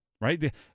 Right